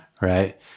right